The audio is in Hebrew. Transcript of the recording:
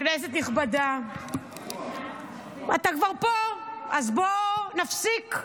כנסת נכבדה, אתה כבר פה, אז בוא נפסיק.